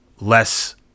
less